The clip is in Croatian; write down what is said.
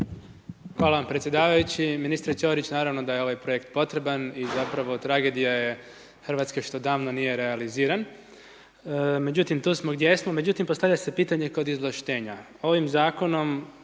Hvala vam predsjedavajući. Ministre Ćorić, naravno da je ovaj projekt potreban i zapravo tragedija je RH što davno nije realiziran. Međutim, tu smo gdje smo. Međutim, postavlja se pitanje kod izvlaštenja. Ovim zakonom